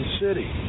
city